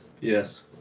Yes